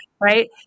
right